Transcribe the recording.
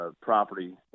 Property